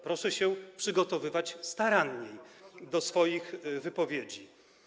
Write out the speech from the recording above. Proszę się przygotowywać staranniej do swoich wypowiedzi.